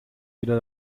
wieder